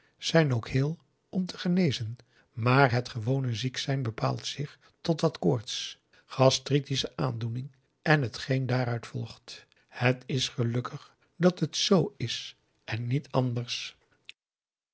zijn ook heel om te genezen maar het gewone ziek zijn bepaalt zich tot wat koorts gastriche aandoening en t geen daaruit volgt het is gelukkig dat t z is en niet anders